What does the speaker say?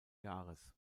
jahres